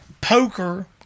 poker